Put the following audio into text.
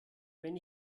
wenn